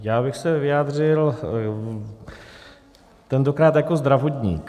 Já bych se vyjádřil tentokrát jako zdravotník.